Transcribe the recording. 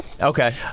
Okay